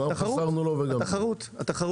התחרות.